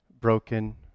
broken